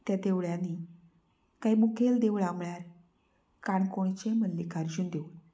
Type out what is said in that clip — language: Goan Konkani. ते देवळ्यांनी कांय मुखेल देवळां म्हळ्यार काणकोणचें मल्लिकार्जून देवूळ